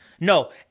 no